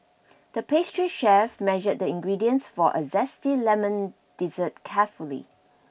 the pastry chef measured the ingredients for a zesty lemon dessert carefully